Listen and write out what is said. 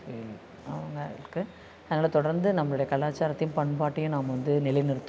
feel அவங்களுக்கு அதனால தொடர்ந்து நம்மளோட கலாச்சாரத்தையும் பண்பாட்டையும் நம்ம வந்து நிலை நிறுத்தணும்